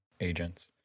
agents